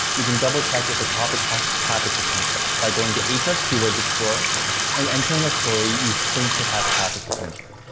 you can double check if the topic has traffic potential by going to ahrefs' keywords explorer and entering a query you think could have traffic potential.